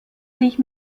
sich